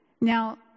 Now